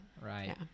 Right